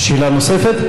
שאלה נוספת?